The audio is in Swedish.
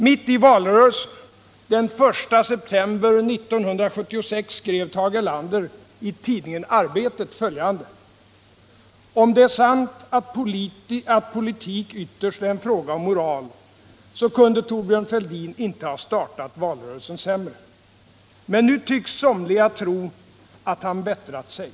Mitt i valrörelsen, den 1 september 1976, skrev Tage Erlander i tidningen Arbetet följande: ”Om det är sant, att politik ytterst är en fråga om moral, så kunde Thorbjörn Fälldin inte ha startat valrörelsen sämre. Men nu tycks somliga tro, att han bättrat sig.